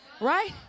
right